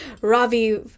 Ravi